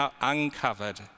uncovered